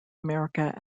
america